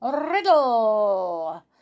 riddle